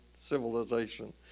civilization